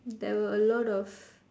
there were a lot of